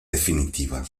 definitiva